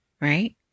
Right